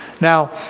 Now